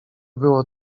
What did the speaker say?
było